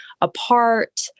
apart